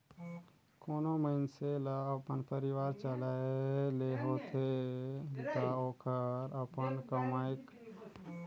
कोनो मइनसे ल अपन परिवार चलाए ले होथे ता ओहर अपन कमई ल कइसे अउ काम्हें खरचा करना हे तेकर हिसाब करथे